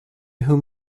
whom